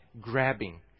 grabbing